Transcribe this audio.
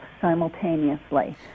simultaneously